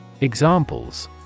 Examples